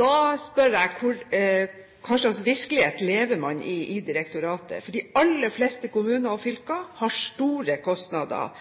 Da spør jeg hva slags virkelighet man lever i i direktoratet, for de aller fleste kommuner og fylker har store kostnader.